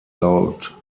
laut